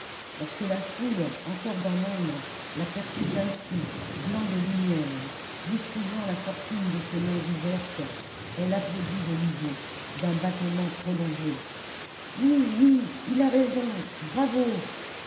lorsque la foule encore dans l'ombre l'aperçut ainsi blanc de lumière distribuant la fortune de ses mains ouvertes elle applaudit de nouveau d'un battement prolongé oui oui il a raison bravo